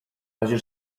razie